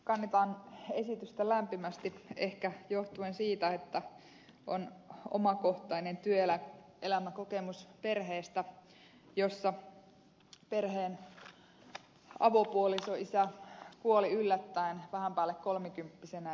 kannatan esitystä lämpimästi johtuen ehkä siitä että on omakohtainen kokemus työelämässä perheestä jossa perheen avopuolisoisä kuoli yllättäen vähän päälle kolmikymppisenä